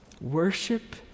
Worship